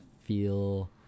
feel